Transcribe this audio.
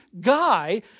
guy